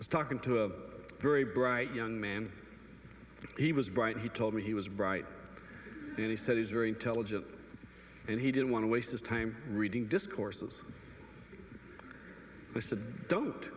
is talking to a very bright young man he was bright he told me he was bright and he said he's very intelligent and he didn't want to waste his time reading discourses don't